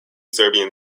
serbian